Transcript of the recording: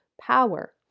power